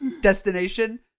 destination